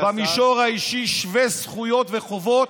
במישור האישי שווי זכויות וחובות,